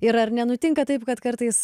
ir ar nenutinka taip kad kartais